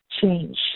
change